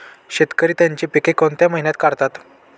शेतकरी त्यांची पीके कोणत्या महिन्यात काढतात?